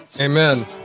Amen